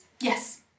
Yes